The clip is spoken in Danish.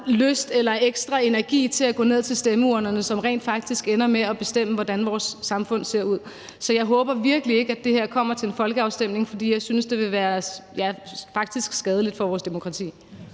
lyst eller ekstra energi til at gå ned til stemmeurnerne, som rent faktisk ender med at bestemme, hvordan vores samfund ser ud? Så jeg håber virkelig ikke, at det her kommer til en folkeafstemning, for jeg synes, det vil være, ja, faktisk skadeligt for vores demokrati.